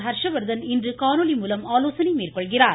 ஹர்ஷவர்த்தன் இன்று காணொலி மூலம் ஆலோசனை மேற்கொள்கிறார்